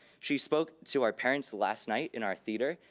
she spoke to our parents last night in our theater,